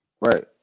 Right